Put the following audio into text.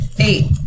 Eight